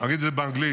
אגיד את זה באנגלית: